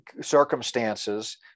circumstances